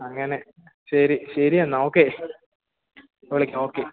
അങ്ങനെ ശരി ശരി എന്നാൽ ഓക്കെ വിളിക്കാം ഓക്കെ